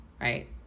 right